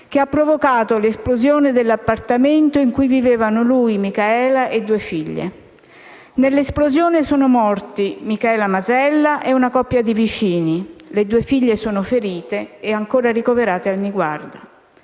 che ha provocato l'esplosione dell'appartamento in cui vivevano lui, Micaela e due figlie. Nell'esplosione sono morti Micaela Masella e una coppia di vicini. Le due figlie sono ferite e ancora ricoverate al Niguarda.